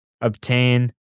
obtain